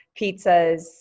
pizzas